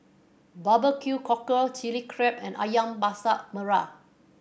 barbecue cockle Chili Crab and Ayam Masak Merah